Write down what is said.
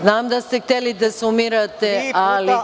Znam da ste hteli da sumirate ali…